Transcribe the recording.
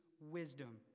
wisdom